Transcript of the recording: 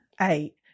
eight